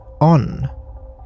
on